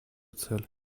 цель